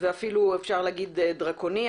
ואפילו אפשר לומר דרקוני,